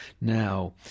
now